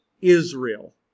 Israel